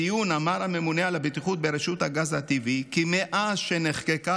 בדיון אמר הממונה על הבטיחות ברשות הגז הטבעי כי מאז שנחקקה